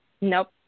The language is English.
Nope